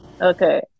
Okay